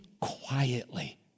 quietly